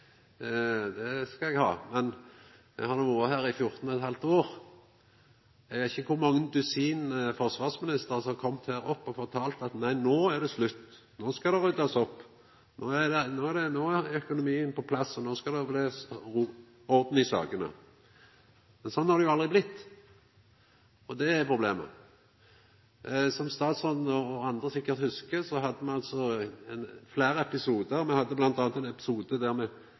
det skal eg ha – men eg har no vore her i 14 ½ år. Eg veit ikkje kor mange dusin forsvarsministrar som har kome opp hit, på talarstolen, og fortalt at no er det slutt, no skal det ryddast opp, no er økonomien på plass, og no skal det bli orden i sakene. Sånn har det aldri blitt, og det er problemet. Som statsråden og sikkert andre hugsar, hadde me fleire episodar. Me hadde bl.a. ein episode der